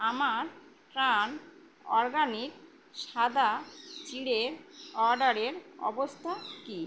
আমার ট্রান অরগানিক সাদা চিঁড়ের অর্ডারের অবস্থা কী